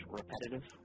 repetitive